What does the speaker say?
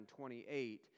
28